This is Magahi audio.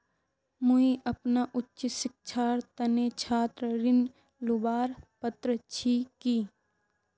मुई अपना उच्च शिक्षार तने छात्र ऋण लुबार पत्र छि कि?